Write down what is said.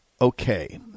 Okay